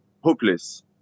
hopeless